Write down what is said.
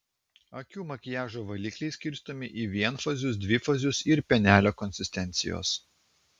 akių makiažo valikliai skirstomi į vienfazius dvifazius ir pienelio konsistencijos